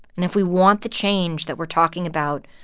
and if we want the change that we're talking about,